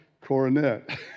Coronet